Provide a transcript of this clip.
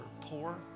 poor